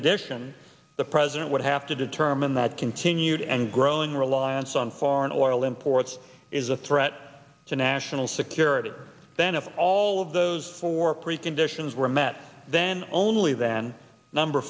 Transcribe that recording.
addition the president would have to determine that continued and growing reliance on foreign oil imports is a threat to national security then of all of those four preconditions were met then only then number